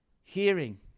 hearing